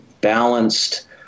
balanced